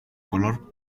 color